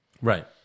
Right